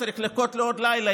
צריך לחכות לעוד לילה,